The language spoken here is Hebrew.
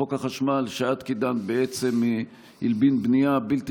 חוק החשמל שאת קידמת הלבין בנייה בלתי